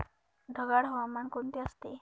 ढगाळ हवामान कोणते असते?